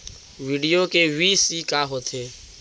video KYC का होथे